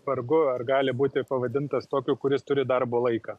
vargu ar gali būti pavadintas tokiu kuris turi darbo laiką